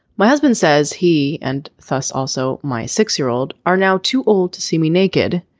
my husband says he and says also my six year old are now too old to see me naked.